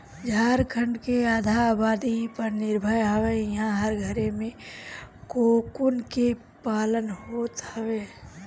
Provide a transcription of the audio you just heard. झारखण्ड के आधा आबादी इ पर निर्भर हवे इहां हर घरे में कोकून के पालन होत हवे